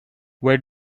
where